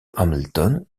hamilton